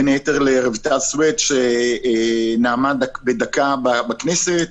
בין היתר לרויטל סוויד שנאמה בדקה בכנסת.